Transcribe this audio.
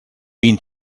been